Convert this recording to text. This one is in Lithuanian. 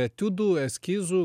etiudų eskizų